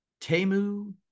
Temu